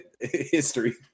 history